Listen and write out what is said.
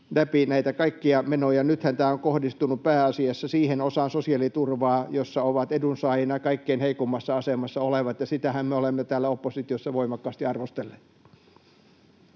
läpi näitä kaikkia menoja. Nythän tämä on kohdistunut pääasiassa siihen osaan sosiaaliturvaa, jossa ovat edunsaajina kaikkein heikoimmassa asemassa olevat, ja sitähän me olemme täällä oppositiossa voimakkaasti arvostelleet.